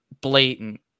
blatant